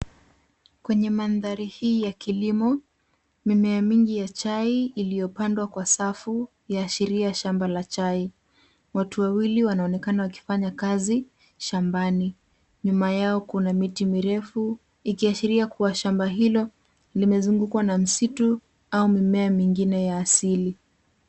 Kwenye mandhari hii ya kilimo, mimea mingi ya chai iliyopandwa ka safu yaashiria shamba la chai. Watu wawili wanaonekana wakifanya kazi shambani. Nyuma yao kuna miti mirefu, ikiashiria kua shamba hilo limefungukwa na misitu au mimea mingine ya asili.